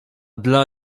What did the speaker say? dla